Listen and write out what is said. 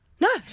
No